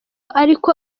ariko